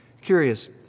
Curious